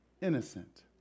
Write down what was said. innocent